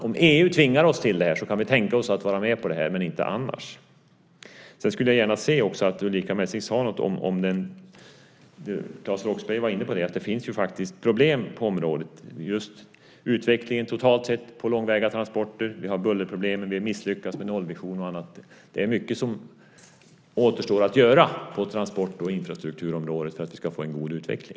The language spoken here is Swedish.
Om EU tvingar oss till det kan vi tänka oss att vara med men inte annars. Jag skulle gärna se att Ulrica Messing sade någonting om det Claes Roxbergh var inne på. Det finns faktiskt problem på området. Det gäller utvecklingen totalt sett för långväga transporter. Vi har bullerproblemen. Vi har misslyckats med nollvision och annat. Det är mycket som återstår att göra på transport och infrastrukturområdet för att vi ska få en god utveckling.